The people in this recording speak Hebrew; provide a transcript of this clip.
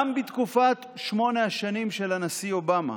גם בתקופת שמונה השנים של הנשיא אובמה,